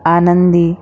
आनंदी